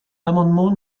l’amendement